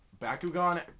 Bakugan